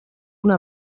una